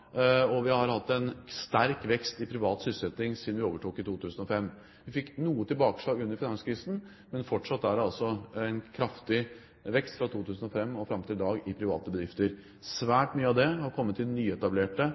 og vi har hatt en sterk vekst i privat sysselsetting siden vi overtok i 2005. Vi fikk noe tilbakeslag under finanskrisen, men fortsatt er det altså en kraftig vekst fra 2005 og fram til i dag i private bedrifter. Svært mye av dette har kommet i nyetablerte,